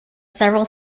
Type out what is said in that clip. several